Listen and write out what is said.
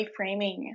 reframing